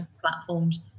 platforms